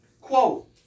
Quote